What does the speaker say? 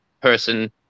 person